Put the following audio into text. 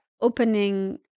opening